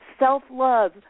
Self-love